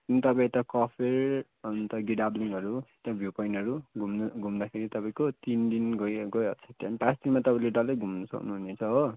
अन्त तपाईँ यता कफेर अन्त गिडाब्लिङहरु भ्यू पोईन्टहरू घुम्दाखेरि तपाईँको तिन दिन गइहाल्छ त्यहाँदेखि पाँच दिनमा तपाईँले डल्लै घुम्न सक्नुहुनेछ हो